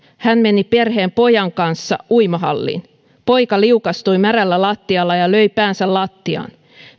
hän meni perheen pojan kanssa uimahalliin poika liukastui märällä lattialla ja löi päänsä lattiaan